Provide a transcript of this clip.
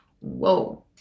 whoa